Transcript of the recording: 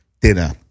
Dinner